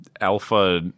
alpha